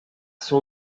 são